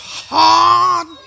hard